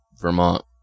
Vermont